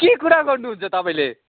के कुरा गर्नुहुन्छ तपाईँले